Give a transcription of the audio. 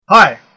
Hi